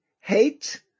hate